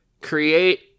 create